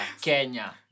Kenya